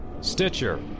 Stitcher